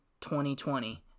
2020